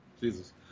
Jesus